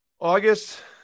August